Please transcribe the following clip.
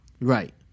Right